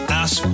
ask